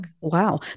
wow